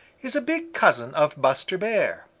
is a big cousin of buster bear,